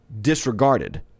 disregarded